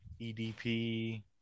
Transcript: EDP